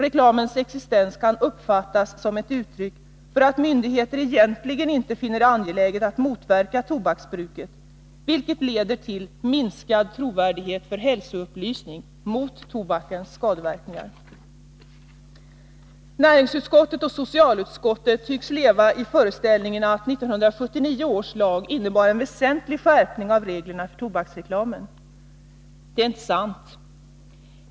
— Reklamens existens kan uppfattas som ett uttryck för att myndigheter egentligen inte finner det angeläget att motverka tobaksbruket, vilket leder till minskad trovärdighet för hälsoupplysning mot tobakens skadeverkningar. Näringsutskottet och socialutskottet tycks leva i föreställningen att 1979 års lag innebar en väsentlig skärpning av reglerna för tobaksreklam. Detta är inte sant.